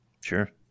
Sure